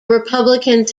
republicans